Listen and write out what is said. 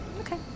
Okay